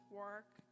work